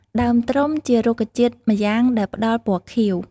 ដើមត្រុំជារុក្ខជាតិម្យ៉ាងដែលផ្ដល់ពណ៌ខៀវ។